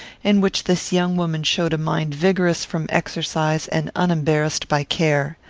in which this young woman showed a mind vigorous from exercise and unembarrassed by care.